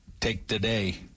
take-today